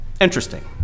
interesting